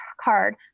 card